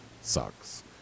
sucks